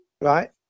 Right